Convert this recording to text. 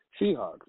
Seahawks